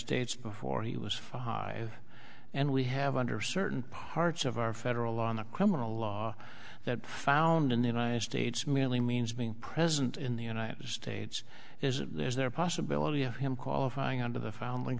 states before he was five and we have under certain parts of our federal law on the criminal law that found in the united states merely means being present in the united states isn't there a possibility of him qualifying under the foundling